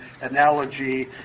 analogy